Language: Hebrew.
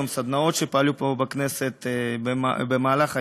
בסדנאות שפעלו פה בכנסת במהלך היום,